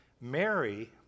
Mary